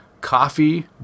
coffee